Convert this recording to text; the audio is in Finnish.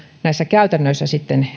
näissä käytännöissä